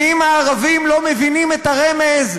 ואם הערבים לא מבינים את הרמז,